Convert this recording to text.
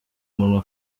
munwa